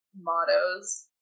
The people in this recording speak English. mottos